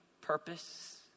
purpose